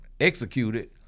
executed